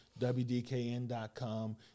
wdkn.com